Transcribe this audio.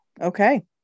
Okay